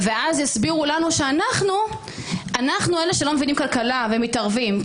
ואז הסבירו לנו שאנחנו לא מבינים כלכלה ומתערבים.